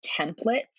templates